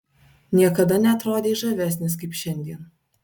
niekada neatrodei žavesnis kaip šiandien